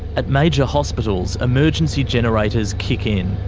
at major hospitals, emergency generators kick in.